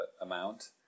amount